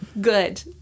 good